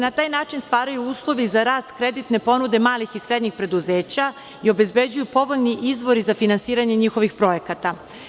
Na taj način se stvaraju uslovi za rast kreditne ponude malih i srednjih preduzeća i obezbeđuju povoljni izvori za finansiranje njihovih projekata.